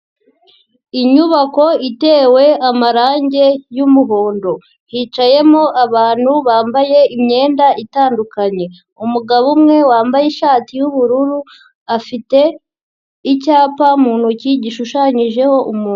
Inyubako itewe amarange y'umuhondo, hicayemo abantu bambaye imyenda itandukanye, umugabo umwe wambaye ishati y'ubururu afite icyapa mu ntoki gishushanyijeho umuntu.